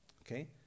Okay